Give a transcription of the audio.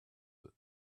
that